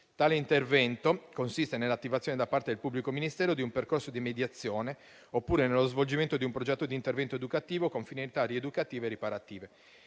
Tale intervento consiste nell'attivazione da parte del pubblico ministero di un percorso di mediazione oppure nello svolgimento di un progetto di intervento educativo con finalità educative e riparative.